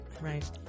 Right